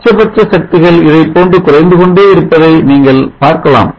உச்சபட்ச சக்திகள் இதைப்போன்று குறைந்து கொண்டே இருப்பதை நீங்கள் பார்க்கலாம்